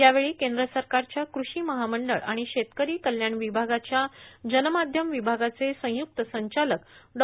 यावेळी केंद्र सरकारच्या कृषी महामंडळ आणि शेतकरी कल्याण विभागाच्या जनमाध्यम विभागाचे संयुक्त संचालक डॉ